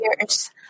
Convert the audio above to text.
years